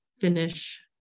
finish